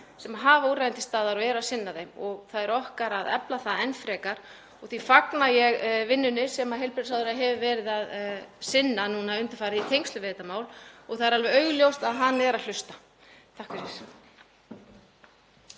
sem hafa úrræðin til staðar og eru að sinna þeim. Það er okkar að efla það enn frekar og því fagna ég vinnunni sem heilbrigðisráðherra hefur verið að sinna undanfarið í tengslum við þetta mál. Það er alveg augljóst að hann er að hlusta. SPEECH_END